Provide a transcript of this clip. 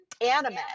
anime